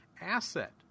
asset